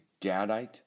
Gadite